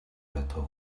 байтугай